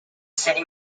city